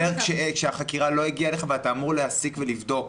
מישהו שהחקירה לא הגיעה אליו והוא אמור להסיק ולבדוק.